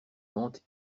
vente